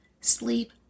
sleep